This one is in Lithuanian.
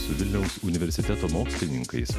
su vilniaus universiteto mokslininkais